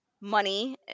money